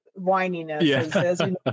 whininess